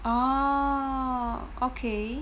oh okay